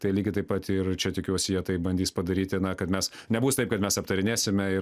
tai lygiai taip pat ir čia tikiuosi jie tai bandys padaryti na kad mes nebus taip kad mes aptarinėsime